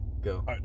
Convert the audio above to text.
Go